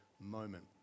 moment